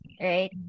right